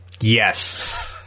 yes